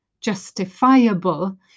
justifiable